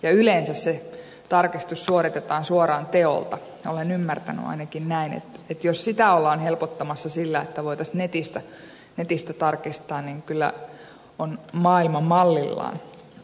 yleensä se tarkistus suoritetaan suoraan teolta olen ymmärtänyt ainakin näin ja jos sitä ollaan helpottamassa sillä että voitaisiin netistä tarkistaa niin kyllä on maailma mallillaan